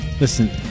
Listen